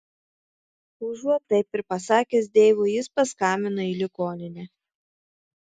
užuot taip ir pasakęs deivui jis paskambino į ligoninę